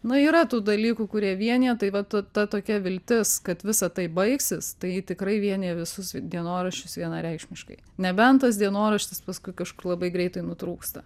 na yra tų dalykų kurie vienija tai vat ta ta tokia viltis kad visa tai baigsis tai ji tikrai vienija visus dienoraščius vienareikšmiškai nebent tas dienoraštis paskui kažkur labai greitai nutrūksta